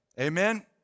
Amen